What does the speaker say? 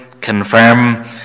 confirm